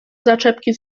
zaczepki